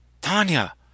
Tanya